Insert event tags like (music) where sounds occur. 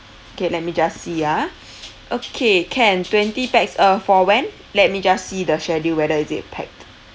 K let me just see ah (breath) okay can twenty pax uh for when let me just see the schedule whether is it packed